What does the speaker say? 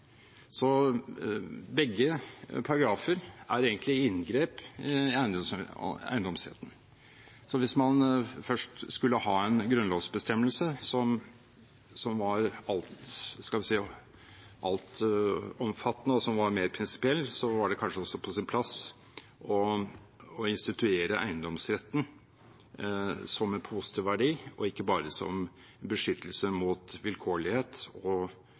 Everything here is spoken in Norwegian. Begge paragrafer er egentlig inngrep i eiendomsretten. Hvis man først skulle ha en grunnlovsbestemmelse som var altomfattende og mer prinsipiell, var det kanskje også på sin plass å instituere eiendomsretten som en positiv verdi og ikke bare som en beskyttelse mot vilkårlighet